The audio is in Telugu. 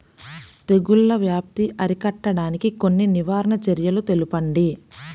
తెగుళ్ల వ్యాప్తి అరికట్టడానికి కొన్ని నివారణ చర్యలు తెలుపండి?